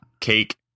Cake